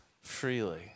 freely